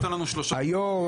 היו"ר נתן לנו שלושה חודשים.